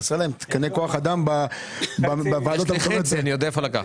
חסרים להם תקנים ------ אני יודע מאיפה לקחת.